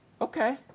okay